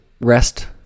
rest